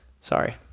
Sorry